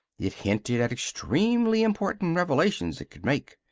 it hinted at extremely important revelations it could make.